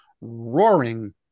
roaring